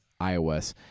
iOS